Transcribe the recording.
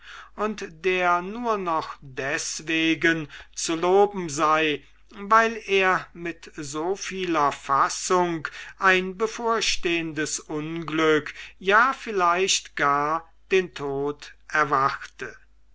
und der nur noch deswegen zu loben sei weil er mit so vieler fassung ein bevorstehendes unglück ja vielleicht gar den tod erwarte